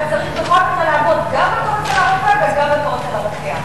בכל מקרה אתה צריך לעמוד גם בתור אצל הרופא וגם בתור אצל הרוקח.